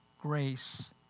grace